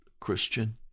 Christian